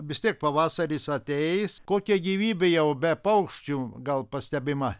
vis tiek pavasaris ateis kokia gyvybė jau be paukščių gal pastebima